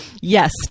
Yes